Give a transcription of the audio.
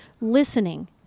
listening